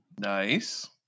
Nice